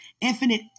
infinite